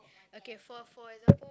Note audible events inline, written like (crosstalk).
okay for for example (noise)